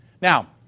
Now